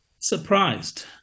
surprised